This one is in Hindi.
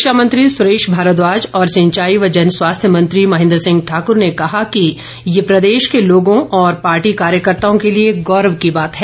शिक्षा मंत्री सुरेश भारद्वाज और सिंचाई व जनस्वास्थ्य मंत्री महेंद्र सिंह ठाकुर ने कहा कि ये प्रदेश के लोगों और पार्टी कार्यकर्ताओं के लिए गौरव की बात है